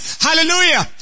Hallelujah